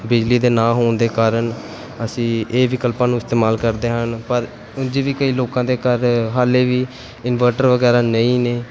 ਬਿਜਲੀ ਦੇ ਨਾ ਹੋਣ ਦੇ ਕਾਰਨ ਅਸੀਂ ਇਹ ਵਿਕਲਪਾਂ ਨੂੰ ਇਸਤੇਮਾਲ ਕਰਦੇ ਹਨ ਪਰ ਉਂਝ ਵੀ ਕਈ ਲੋਕਾਂ ਦੇ ਘਰ ਹਾਲੇ ਵੀ ਇਨਵਰਟਰ ਵਗੈਰਾ ਨਹੀਂ ਨੇ